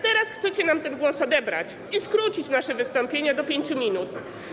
Teraz chcecie nam ten głos odebrać i skrócić nasze wystąpienia do 5 minut.